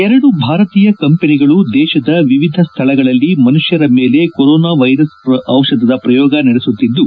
ಎರಡು ಭಾರತೀಯ ಕಂಪನಿಗಳು ದೇಶದ ವಿವಿಧ ಸ್ತಳಗಳಲ್ಲಿ ಮನುಷ್ತರ ಮೇಲೆ ಕೊರೊನಾವ್ಸೆರಸ್ ಟಿಷಧದ ಪ್ರಯೋಗ ನಡೆಸುತ್ತಿದ್ದು